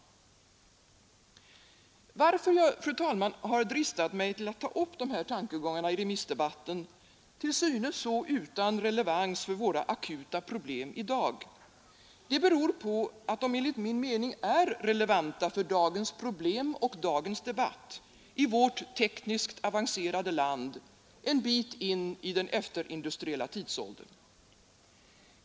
Att jag, fru talman, har dristat mig att i remissdebatten ta upp dessa tankegångar, till synes så utan relevans för våra akuta problem i dag, beror på att de enligt min mening är relevanta för dagens problem och dagens debatt, i vårt tekniskt avancerade land, en bit in i den efterindustriella tidsåldern.